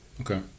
Okay